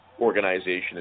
organization